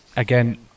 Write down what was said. Again